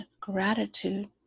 gratitude